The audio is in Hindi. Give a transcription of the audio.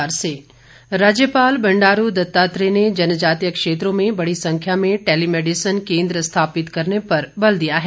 राज्यपाल राज्यपाल बंडारू दत्तात्रेय ने जनजातीय क्षेत्रों में बड़ी संख्या में टेलीमैडिसन केन्द्र स्थापित करने पर बल दिया है